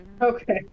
Okay